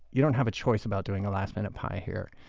you don't have a choice about doing a last-minute pie here.